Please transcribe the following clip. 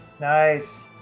nice